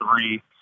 three